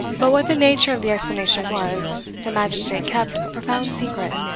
but what the nature of the explanation was, the magistrate kept a profound secret,